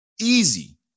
easy